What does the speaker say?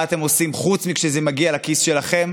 אתם עושים חוץ מכשזה מגיע לכיס שלכם?